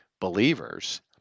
believers